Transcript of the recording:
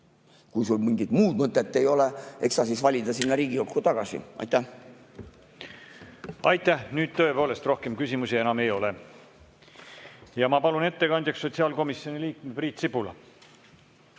kui sul mingit muud mõtet ei ole, eks sa siis vali ta sinna Riigikokku tagasi. Aitäh! Nüüd tõepoolest rohkem küsimusi enam ei ole. Ja ma palun ettekandjaks sotsiaalkomisjoni liikme Priit Sibula.